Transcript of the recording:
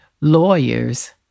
lawyers